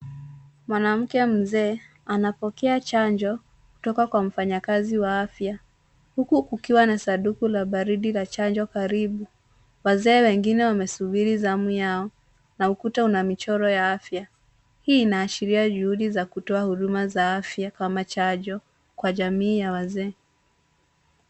Mwanamke mzee anapokea chanjo kutoka kwa mfanyakazi wa afya huku kukiwa na sanduku la baridi la chanjo karibu. Wazee wengine wamesubiri zamu yao na ukuta una michoro ya afya. Hii inaashiria juhudi za kutoa huduma za afya kama chanjo kwa jamii ya wazee.